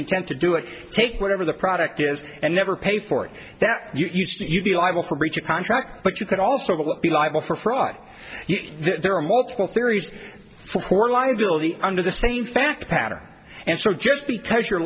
intent to do it take whatever the product is and never pay for that used to be liable for breach of contract but you could also be liable for fraud there are multiple theories for liability under the same fact pattern and so just because you